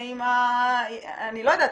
אני לא יודעת,